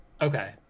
Okay